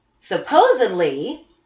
Supposedly